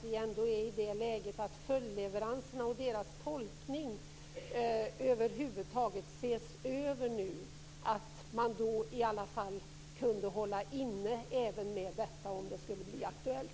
Vi är nu i det läget att tolkningen av reglerna vad gäller följdleveranser ses över. Jag tycker att vi skulle hålla inne även med dessa, om det skulle bli aktuellt.